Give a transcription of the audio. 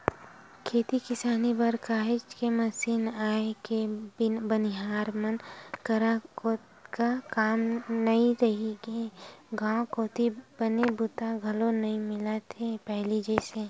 खेती किसानी बर काहेच के मसीन आए ले बनिहार मन करा ओतका काम नइ रहिगे गांव कोती बने बूता घलोक नइ मिलत हे पहिली जइसे